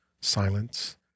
silence